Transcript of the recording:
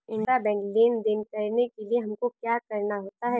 Intrabank लेन देन करने के लिए हमको क्या करना होता है?